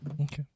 Okay